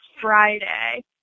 Friday